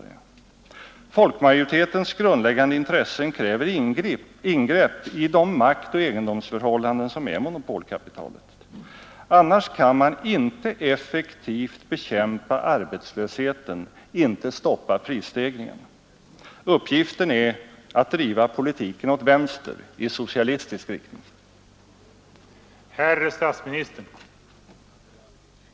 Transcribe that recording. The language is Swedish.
Om vissa reformer säger man från början: Detta genomför vi endast i samverkans och enighetens tecken. Alva Myrdal och hennes medarbetare gjorde ett lysande arbete på många sätt. Två av partierna kunde inte tåla sig tills debatten pågått ett tag till. Men skyll aldrig det på oss! Försök inte med det!